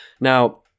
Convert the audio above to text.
Now